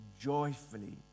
joyfully